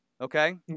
Okay